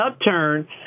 upturn